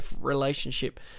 relationship